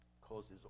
causes